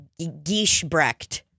Gieschbrecht